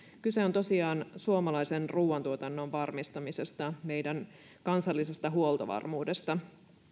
kyse on tosiaan suomalaisen ruuantuotannon varmistamisesta meidän kansallisesta huoltovarmuudesta